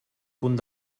punt